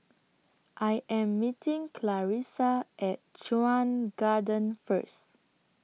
I Am meeting Clarissa At Chuan Garden First